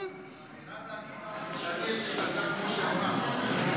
--- אני חייב להגיד לך שאני העליתי את ההצעה כמו שאמרת.